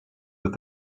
with